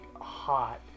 hot